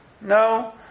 no